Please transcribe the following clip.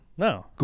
No